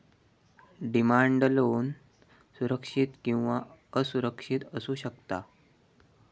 demand loan सुरक्षित किंवा असुरक्षित असू शकता